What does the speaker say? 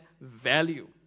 value